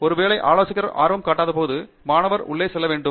ஒருவேளை ஆலோசகர் ஆர்வம் காட்டாதபோது மாணவர் உள்ளே செல்ல வேண்டும்